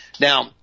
Now